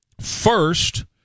First